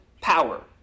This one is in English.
power